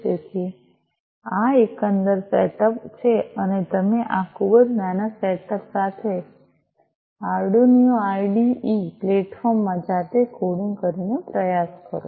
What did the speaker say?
તેથી આ એકંદર સેટઅપ છે અને તમે આ ખૂબ જ નાના સેટઅપ સાથે આર્ડુનીઓ આઈડીઇ પ્લેટફોર્મ માં જાતે કોડિંગ કરીને પ્રયાસ કરો